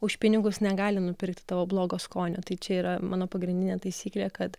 už pinigus negali nupirkti tavo blogo skonio tai čia yra mano pagrindinė taisyklė kad